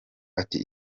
ati